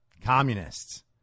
communists